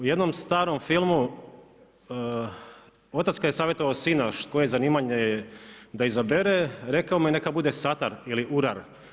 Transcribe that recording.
U jednom starom filmu otac kad je savjetovao sina koje zanimanje da izabere rekao mu je neka bude satar ili urar.